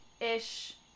ish